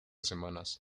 semanas